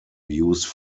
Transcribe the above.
used